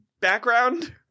background